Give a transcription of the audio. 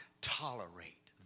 tolerate